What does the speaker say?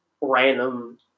random